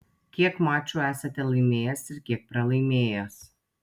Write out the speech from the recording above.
kiek mačų esate laimėjęs ir kiek pralaimėjęs